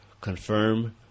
confirm